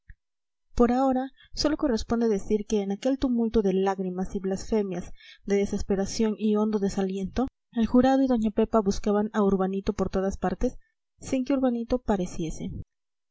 por ahora sólo corresponde decir que en aquel tumulto de lágrimas y blasfemias de desesperación y hondo desaliento el jurado y doña pepa buscaban a urbanito por todas partes sin que urbanito pareciese